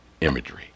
imagery